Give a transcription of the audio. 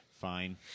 Fine